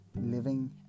living